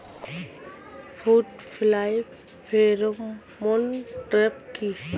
Fruit fly pheromone trap কি?